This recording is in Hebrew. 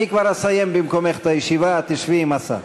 אני כבר אסיים במקומך את הישיבה, את תשבי עם השר.